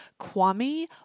Kwame